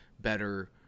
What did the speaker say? better –